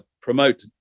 promote